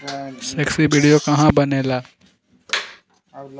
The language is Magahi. गोल्ड ऋण मिले खातीर कतेइक समय लगेला?